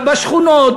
בשכונות,